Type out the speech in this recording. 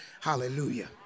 hallelujah